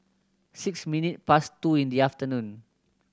six minutes past two in the afternoon